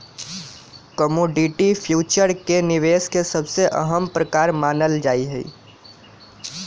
commodity future के निवेश के सबसे अहम प्रकार मानल जाहई